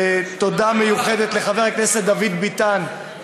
תודה מיוחדת לחבר הכנסת דוד ביטן,